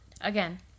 Again